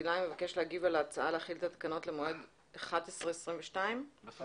אני חייבת להודות שלמרבה הצער, בגלל